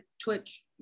Twitch